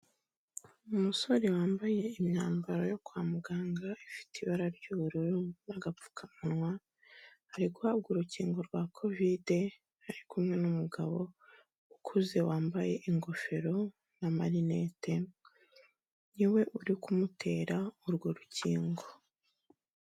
Umusore wambaye imyambaro yo kwa muganga, ifite ibara ry'ubururu n'agapfukamunwa, ari guhabwa urukingo rwa Kovide ari kumwe n'umugabo ukuze wambaye ingofero n'amarinete, niwe uri kumutera urwo rukingo.